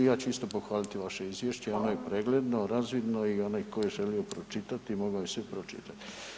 I ja ću isto pohvaliti vaše izvješće, ono je pregledno, razvidno i onaj tko je želio pročitati mogao je sve pročitati.